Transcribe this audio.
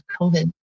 COVID